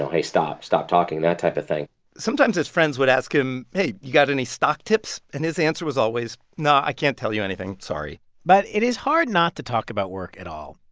know, hey, stop stop talking that type of thing sometimes his friends would ask him, hey, you got any stock tips? and his answer was always, no, i can't tell you anything, sorry but it is hard not to talk about work at all.